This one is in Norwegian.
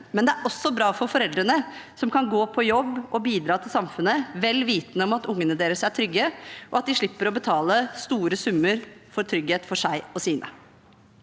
og det er også bra for foreldrene, som kan gå på jobb og bidra til samfunnet vel vitende om at ungene deres er trygge, og at de slipper å betale store summer for trygghet for seg og sine.